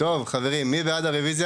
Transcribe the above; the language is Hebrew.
טוב חברים, מי בעד הרוויזיה?